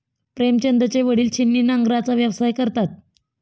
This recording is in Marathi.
प्रेमचंदचे वडील छिन्नी नांगराचा व्यवसाय करतात